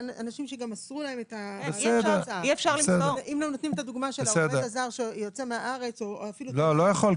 את הדוגמה של העובד הזר שיוצא מהארץ או היה פה